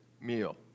meal